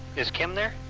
is kim there?